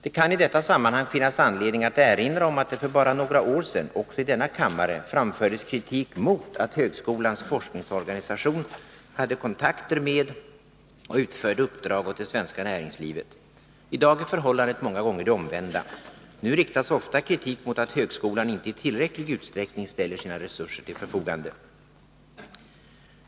Det kan i detta sammanhang finnas anledning att erinra om att det för bara några år sedan — också i denna kammare — framfördes kritik mot att högskolans forskningsorganisation hade kontakter med och utförde uppdrag åt det svenska näringslivet. I dag är förhållandet många gånger det omvända. Nu riktas ofta kritik mot att högskolan inte i tillräcklig utsträckning ställer sina resurser till förfogande.